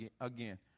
again